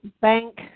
bank